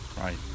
Right